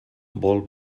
vol